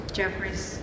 Jeffries